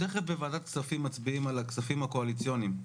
תיכף בוועדת כספים מצביעים על הכספים הקואליציוניים,